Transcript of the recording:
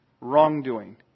Wrongdoing